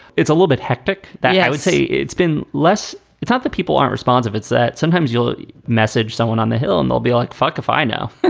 it's a little bit hectic. but yeah, i would say it's been less. it's not that people aren't responsive, it's that sometimes you'll message someone on the hill and they'll be like, fuck if i know